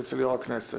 זה אצל יושב-ראש הכנסת.